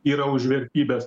yra už vertybes